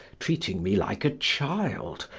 treating me like a child,